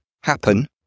happen